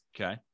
Okay